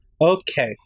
Okay